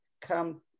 come